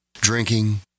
Drinking